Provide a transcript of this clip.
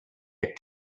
had